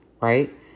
right